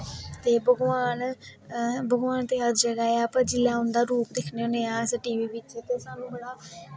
ते भगवान भगवान ते हर जगह ऐ पर जिसलै उंदा रूप दिक्खने होना आं अस टी वी बिच्च ते स्हानू बड़ा